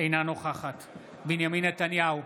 אינה נוכחת בנימין נתניהו,